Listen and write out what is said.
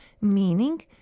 meaning